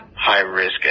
high-risk